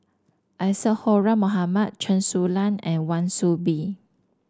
Isadhora Mohamed Chen Su Lan and Wan Soon Bee